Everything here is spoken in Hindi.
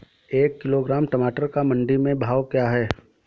एक किलोग्राम टमाटर का मंडी में भाव क्या है?